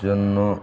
జున్ను